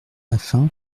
afin